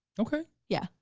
okay. yeah.